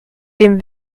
dem